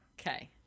okay